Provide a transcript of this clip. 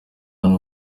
hano